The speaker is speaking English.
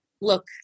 look